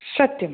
सत्यम्